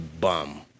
bum